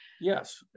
Yes